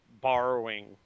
borrowing